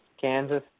Kansas